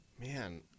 Man